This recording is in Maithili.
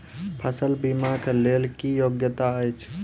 फसल बीमा केँ लेल की योग्यता अछि?